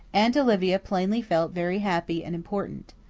aunt olivia plainly felt very happy and important.